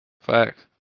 fact